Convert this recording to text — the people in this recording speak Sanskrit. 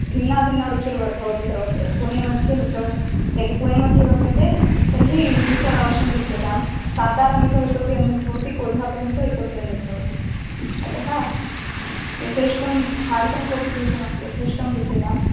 भिन्ना भिन्ना रुचिर्भवति सर्वत्र पुणे मध्ये मिसल् यदि पुणे मध्ये गम्यते तर्हि मिसल् अवश्यं भुज्यतां सातारा मिसल् तु इतोपि अन्यद्भवति कोळ्हापुर् मिसल् इतोपि अन्यद्भवति अतः यथेष्टं खादितुं कोपि क्लेशो नास्ति यथेष्टं भुज्यताम्